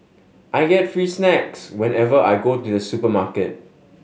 I get free snacks whenever I go to the supermarket